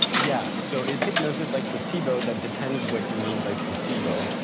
yeah, so is hypnosis like placebo that depends what you mean by placebo?